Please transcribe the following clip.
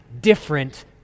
different